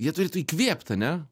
jie turėtų įkvėpt ane